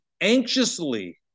anxiously